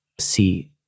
see